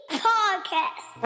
podcast